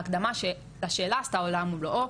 ההקדמה לשאלה עשתה עולם ומלואו,